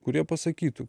kurie pasakytų